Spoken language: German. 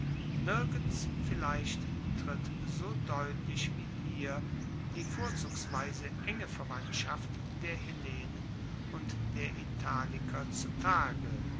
nirgends vielleicht tritt so deutlich wie hier die vorzugsweise enge verwandtschaft der hellenen und der italiker zu tage